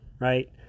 right